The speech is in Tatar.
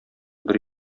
бер